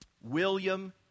William